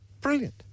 Brilliant